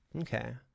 okay